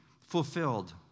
fulfilled